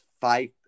five